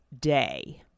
day